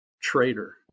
traitor